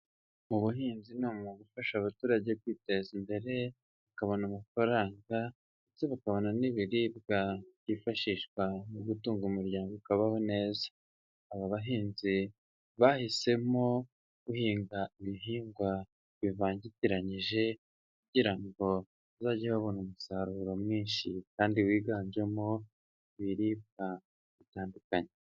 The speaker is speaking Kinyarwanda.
Mu buhinzi ni ahantu ho gufasha abaturage kwiteza imbere, bakabona amafaranga ndetse bakabona n'ibiribwa byifashishwa mu gutunga umuryango ukabaho neza. Aba bahinzi bahisemo guhinga ibihingwa bivangitiranyije, kugira ngo bazajye babona umusaruro mwinshi kandi wiganjemo ibiribwa bitandukanye.